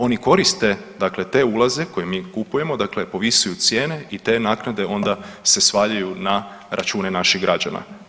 Oni koriste dakle te ulaze koje mi kupujemo, dakle povisuju cijene i te naknade onda se svaljuju na račune naših građana.